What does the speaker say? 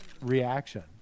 reaction